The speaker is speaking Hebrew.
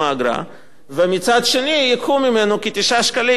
ומצד שני ייקחו ממנו כ-9 שקלים לאגרת הרדיו.